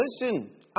Listen